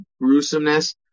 gruesomeness